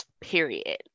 Period